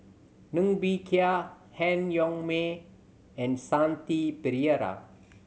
Ng Bee Kia Han Yong May and Shanti Pereira